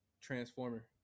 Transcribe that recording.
transformer